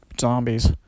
zombies